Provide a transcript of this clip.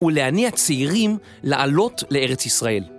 ולהניע צעירים לעלות לארץ ישראל.